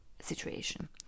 situation